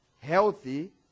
healthy